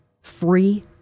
free